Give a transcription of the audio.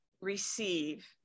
receive